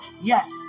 yes